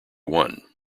one